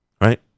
right